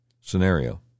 scenario